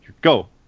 go